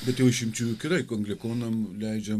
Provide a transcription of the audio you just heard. bet jau išimčių juk yra juk anglikonam leidžiam